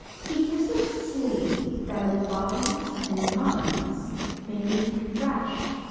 he gives us sleep that our bodies and minds may be refreshed.